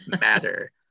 matter